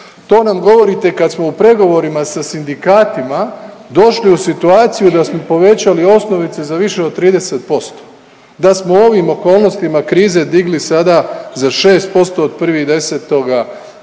to nam govorite kad smo u pregovorima sa sindikatima došli u situaciju da smo povećali osnovice za više od 30%, da smo u ovim okolnostima krize digli sada za 6% od 1.10., za